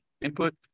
input